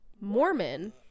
Mormon